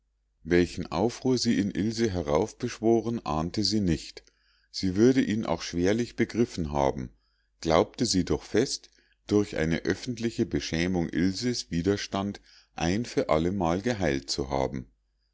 welchen aufruhr sie in ilse heraufbeschworen ahnte sie nicht sie würde ihn auch schwerlich begriffen haben glaubte sie doch fest durch eine öffentliche beschämung ilses widerstand ein für allemal geheilt zu haben